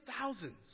thousands